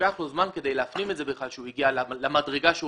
ולוקח לו זמן כדי להפנים שהוא הגיע למדרגה שהוא